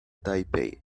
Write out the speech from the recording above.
taipei